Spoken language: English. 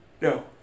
No